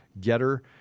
Getter